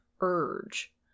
urge